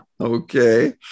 okay